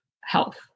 health